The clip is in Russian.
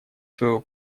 свое